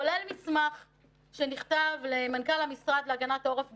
כולל מסמך שנכתב למנכ"ל המשרד להגנת עורף,